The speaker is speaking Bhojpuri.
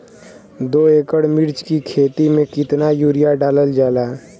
दो एकड़ मिर्च की खेती में कितना यूरिया डालल जाला?